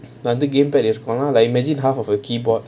gamepad இருக்கும்:irukkum lah imagine half of your key board